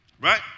Right